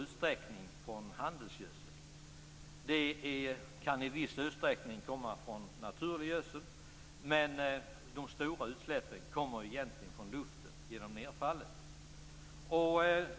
Urlakningen kan i viss mån komma från naturgödsel, men de stora utsläppen kommer från luften genom nedfallet.